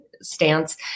stance